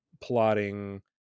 plotting